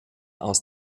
aus